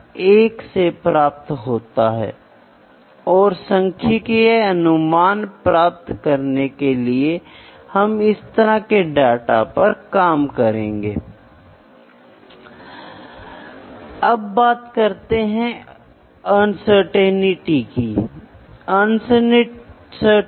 तो यह माप के लिए एक सरल परिभाषा है और मैं अब दोहराता हूं यह समझने के लिए माप बहुत महत्वपूर्ण है कि हमने क्या निर्मित किया है क्या यह सही है या गलत है या क्या हमने जो प्रक्रिया अपनाई है वह अच्छी है या बुरी ताकि प्रोडक्ट की एफिशिएंसी बनी रहती है या नहीं